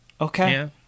Okay